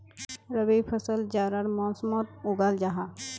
रबी फसल जाड़ार मौसमोट उगाल जाहा